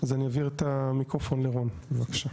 אז אני אעביר את המיקרופון לרון, בבקשה.